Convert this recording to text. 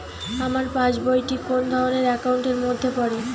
আমার পাশ বই টি কোন ধরণের একাউন্ট এর মধ্যে পড়ে?